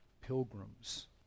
pilgrims